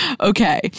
Okay